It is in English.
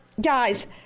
guys